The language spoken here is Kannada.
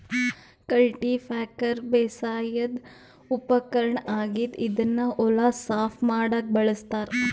ಕಲ್ಟಿಪ್ಯಾಕರ್ ಬೇಸಾಯದ್ ಉಪಕರ್ಣ್ ಆಗಿದ್ದ್ ಇದನ್ನ್ ಹೊಲ ಸಾಫ್ ಮಾಡಕ್ಕ್ ಬಳಸ್ತಾರ್